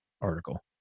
article